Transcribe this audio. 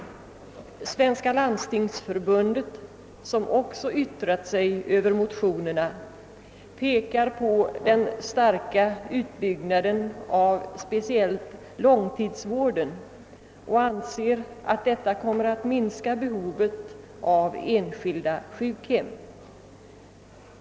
Svenska = landstingsförbundet, som också yttrat sig över motionerna, pekar på den starka utbyggnaden av speciellt långtidsvården och anser att detta kommer att minska behovet av enskilda sjukhem.